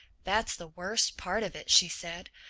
that's the worst part of it, she said.